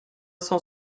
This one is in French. cent